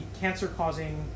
cancer-causing